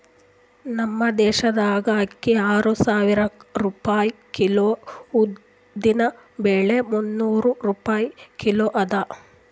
ನಮ್ ದೇಶದಾಗ್ ಅಕ್ಕಿ ಆರು ಸಾವಿರ ರೂಪಾಯಿ ಕಿಲೋ, ಉದ್ದಿನ ಬ್ಯಾಳಿ ಮುನ್ನೂರ್ ರೂಪಾಯಿ ಕಿಲೋ ಅದಾ